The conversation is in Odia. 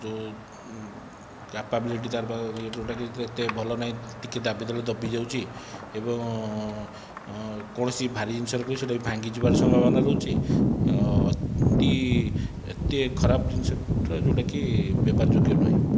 ଯେଉଁ କାପାବିଲିଟି ତାର ପା ଇଏ ଯେଉଁଟାକି ଏତେ ଭଲ ନାହିଁ ଟିକିଏ ଦାବି ଦେଲେ ଦବି ଯାଉଛି ଏବଂ କୌଣସି ଭାରି ଜିନିଷ ରଖିଲେ ସେଇଟା ବି ଭାଙ୍ଗି ଯିବାର ସମ୍ଭାବନା ରହୁଛି ଅତି ଏତେ ଖରାପ ଜିନିଷଟା ଯେଉଁଟାକି ବ୍ୟବହାର ଯୋଗ୍ୟ ନୁହେଁ